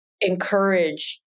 encourage